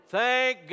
Thank